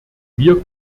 wir